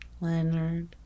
Leonard